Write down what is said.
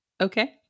Okay